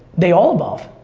they all evolve.